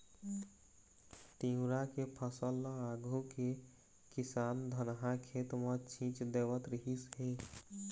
तिंवरा के फसल ल आघु के किसान धनहा खेत म छीच देवत रिहिस हे